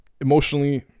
emotionally